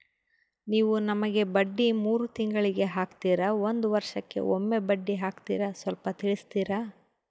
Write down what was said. ನೀವು ನಮಗೆ ಬಡ್ಡಿ ಮೂರು ತಿಂಗಳಿಗೆ ಹಾಕ್ತಿರಾ, ಒಂದ್ ವರ್ಷಕ್ಕೆ ಒಮ್ಮೆ ಬಡ್ಡಿ ಹಾಕ್ತಿರಾ ಸ್ವಲ್ಪ ತಿಳಿಸ್ತೀರ?